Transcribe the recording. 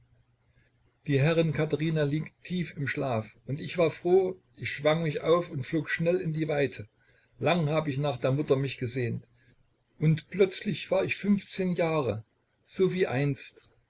die herrin katherina liegt tief im schlaf und ich war froh ich schwang mich auf und flog schnell in die weite lang hab ich nach der mutter mich gesehnt und plötzlich war ich fünfzehn jahre so wie einst